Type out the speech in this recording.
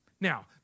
Now